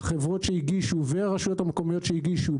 החברות שהגישו והרשויות המקומיות שהגישו,